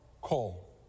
Call